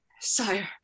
Sire